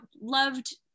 loved